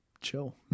chill